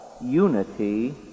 unity